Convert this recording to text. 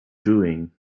doing